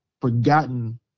forgotten